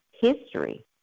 history